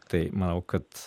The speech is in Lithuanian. tai manau kad